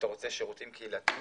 אתה רוצה שירותים קהילתיים,